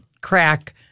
crack